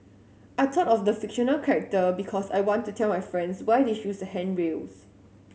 I thought of the fictional character because I want to tell my friends why they should use the handrails